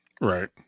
Right